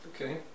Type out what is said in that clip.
Okay